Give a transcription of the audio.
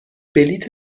بلیط